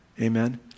amen